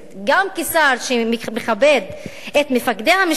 גם כשר שמכבד את מפקדי המשטרה,